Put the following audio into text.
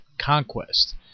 Conquest